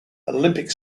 olympic